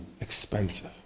expensive